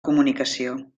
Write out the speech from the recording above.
comunicació